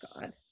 God